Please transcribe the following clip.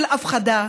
של הפחדה,